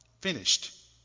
finished